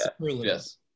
Yes